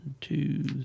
two